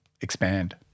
expand